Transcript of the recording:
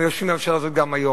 הם היו יושבים בממשלה הזאת גם היום.